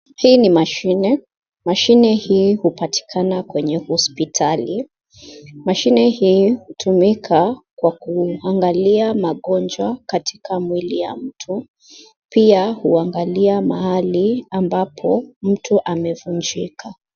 Hii ni mashine, mashine hii hupatikana kwenye hospitali. Mashine hii hutumika kwa kuangalia magonjwa katika mwili ya mtu, pia huangalia mahali ambapo mtu amevunjika.